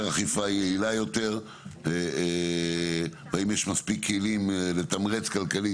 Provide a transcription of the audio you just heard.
אכיפה יעילה יותר והאם יש מספיק כלים לתמרץ כלכלית.